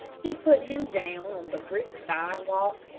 he put him down on the brick sidewalk,